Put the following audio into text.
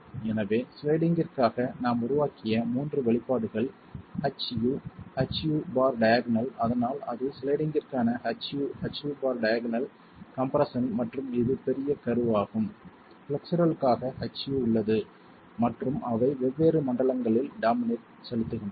எனவே ஸ்லைடிங்கிற்காக நாம் உருவாக்கிய மூன்று வெளிப்பாடுகள் Hu Hu பார் டயாக்னல் அதனால் அது ஸ்லைடிங்கிற்கான Hu Hu bar diagonal compression மற்றும் இது பெரிய கர்வ் ஆகும் ஃப்ளெக்சுரல்க்காக Hu உள்ளது மற்றும் அவை வெவ்வேறு மண்டலங்களில் டாமினேட் செலுத்துகின்றன